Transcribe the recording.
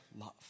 love